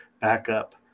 backup